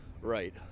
Right